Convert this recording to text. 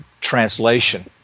translation